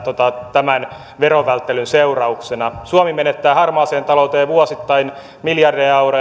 tämän verovälttelyn seurauksena suomi menettää harmaaseen talouteen vuosittain miljardeja euroja ja